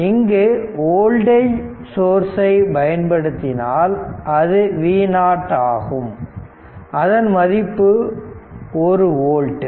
இங்கு வோல்டேஜ் சோர்ஸ்சை பயன்படுத்தினால் அது V0 ஆகும் அதன் மதிப்பு 1 ஓல்ட்